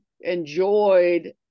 enjoyed